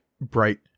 bright